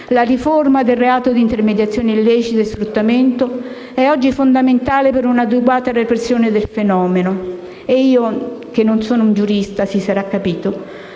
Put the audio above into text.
La riforma del reato di intermediazione illecita e sfruttamento è oggi fondamentale per una adeguata repressione del fenomeno e io, che non sono una giurista (si sarà capito),